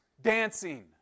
Dancing